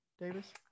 Davis